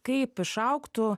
kaip išaugtų